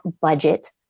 budget